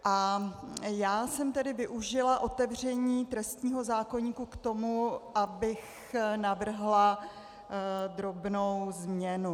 A já jsem tedy využila otevření trestního zákoníku k tomu, abych navrhla drobnou změnu.